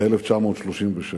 ב-1937,